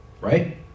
right